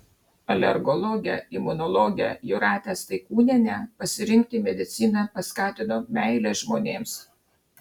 alergologę imunologę jūratę staikūnienę pasirinkti mediciną paskatino meilė žmonėms